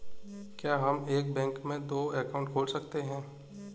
क्या हम एक बैंक में दो अकाउंट खोल सकते हैं?